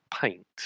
paint